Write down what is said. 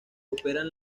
operan